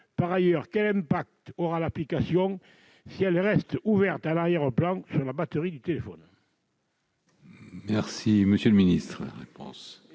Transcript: Par ailleurs, quel impact aura l'application, si elle reste ouverte à l'arrière-plan, sur la batterie du téléphone ? La parole est à M.